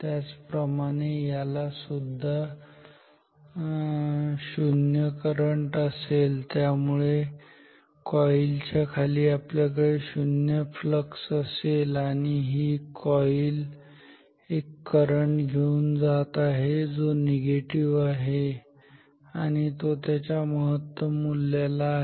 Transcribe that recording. त्याचप्रमाणे याला सुद्धा 0 करंट असेल त्यामुळे या कॉईल च्या खाली आपल्याकडे 0 फ्लक्स असेल आणि ही कॉईल एक करंट घेऊन जात आहे जो निगेटिव्ह आहे आणि तो त्याच्या महत्तम मूल्याला आहे